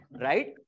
Right